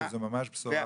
זו ממש בשורה בשבילי.